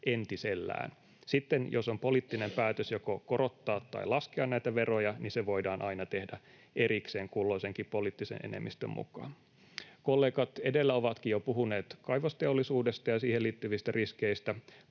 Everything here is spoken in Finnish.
entisellään. Sitten jos on poliittinen päätös joko korottaa tai laskea näitä veroja, niin se voidaan aina tehdä erikseen kulloisenkin poliittisen enemmistön mukaan. Kollegat edellä ovatkin jo puhuneet kaivosteollisuudesta ja siihen liittyvistä riskeistä.